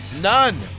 None